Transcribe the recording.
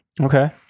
Okay